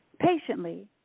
patiently